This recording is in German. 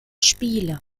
spiele